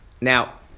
Now